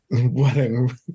Wedding